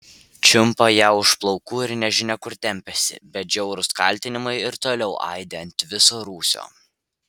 čiumpa ją už plaukų ir nežinia kur tempiasi bet žiaurūs kaltinimai ir toliau aidi ant viso rūsio